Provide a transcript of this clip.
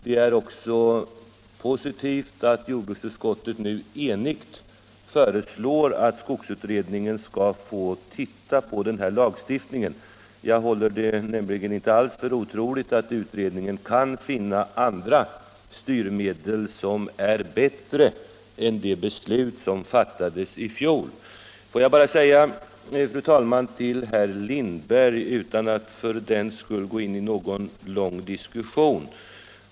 Det är också positivt att jordbruksutskottet nu enigt föreslår att skogsutredningen skall få se på denna lagstiftning. Jag håller nämligen inte alls för otroligt att utredningen kan finna andra styrmedel som är bättre än vad som beslutades i fjol. Får jag bara säga några ord, fru talman, till herr Lindberg, utan att för den skull gå in i någon lång diskussion.